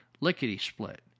Lickety-split